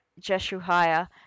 Jeshuiah